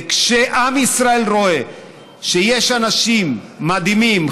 וכשעם ישראל רואה שיש אנשים מדהימים,